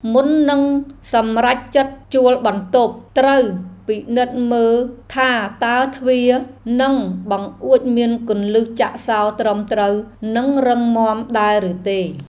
មុននឹងសម្រេចចិត្តជួលបន្ទប់ ត្រូវពិនិត្យមើលថាតើទ្វារ និងបង្អួចមានគន្លឹះចាក់សោត្រឹមត្រូវនិងរឹងមាំដែរឬទេ។